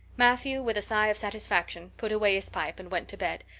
matthew, with a sigh of satisfaction, put away his pipe and went to bed,